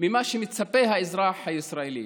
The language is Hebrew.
ממה שמצפה האזרח הישראלי,